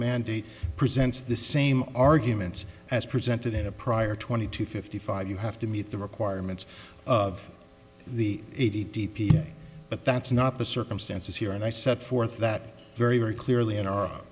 mandy presents the same arguments as presented in a prior twenty two fifty five you have to meet the requirements of the eighty d p but that's not the circumstances here and i set forth that very very clearly in our